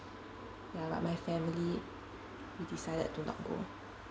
ya but my family we decided to not go